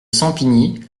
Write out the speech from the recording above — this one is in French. sampigny